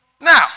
Now